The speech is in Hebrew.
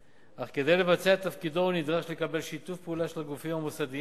אך כדי לבצע את תפקידו הוא נדרש לקבל שיתוף פעולה של הגופים המוסדיים.